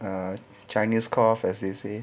ah chinese cough as they say